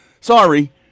Sorry